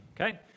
okay